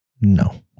No